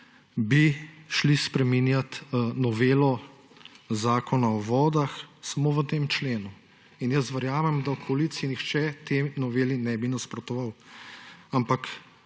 bi spreminjali novelo Zakona o vodah samo v tem členu in verjamem, da v koaliciji nihče tej noveli ne bi nasprotoval. Ampak